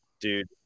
Dude